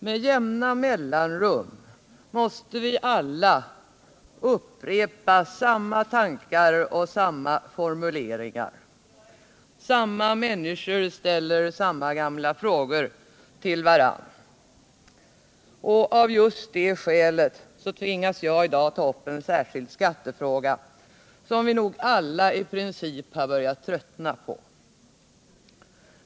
Med jämna mellanrum måste vi alla upprepa samma tankar och samma formuleringar. Samma människor ställer samma gamla frågor till varandra. Och av just det skälet tvingas jag i dag ta upp en särskild skattefråga, som vi nog alla i princip har börjat tröttna på.